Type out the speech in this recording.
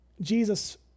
Jesus